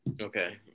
okay